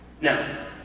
Now